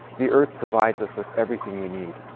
the earth provides us with everything we need.